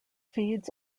feeds